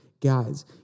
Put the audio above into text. guys